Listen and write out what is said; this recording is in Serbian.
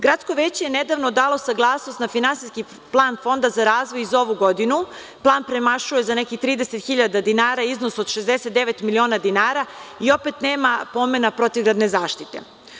Gradsko veće je nedavno dalo saglasnost na finansijski plan Fonda za razvoj za ovu godinu, plan premašuje za nekih 30 hiljada dinara iznos od 69 miliona dinara i opet nema pomena protivgradne zaštite.